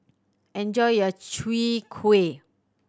enjoy your Chwee Kueh